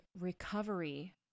recovery